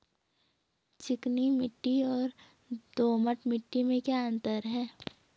चिकनी मिट्टी और दोमट मिट्टी में क्या अंतर है?